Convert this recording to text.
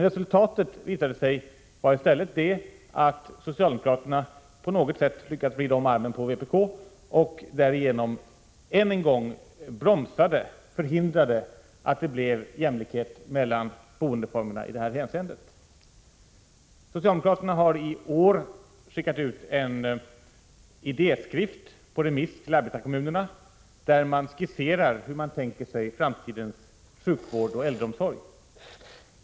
Resultatet visade sig i stället bli att socialdemokraterna efter att på något sätt ha lyckats vrida om armen på vpk än en gång förhindrade en sådan jämlikhet. Socialdemokraterna har i år skickat ut en idéskiss på remiss till arbetarkommunerna. Där beskriver de hur de tänker sig framtidens sjukvård och äldreomsorg.